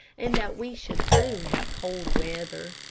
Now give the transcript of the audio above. and that we should soon have cold weather.